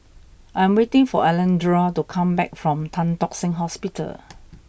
I am waiting for Alondra to come back from Tan Tock Seng Hospital